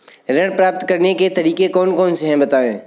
ऋण प्राप्त करने के तरीके कौन कौन से हैं बताएँ?